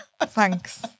Thanks